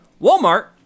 Walmart